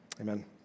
Amen